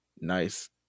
Nice